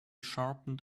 sharpened